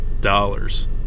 dollars